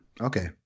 Okay